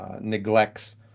neglects